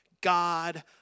God